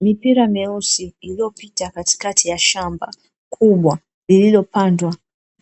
Mipira myeusi iliyopita katikati ya shamba kubwa lililopandwa